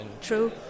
True